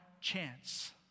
chance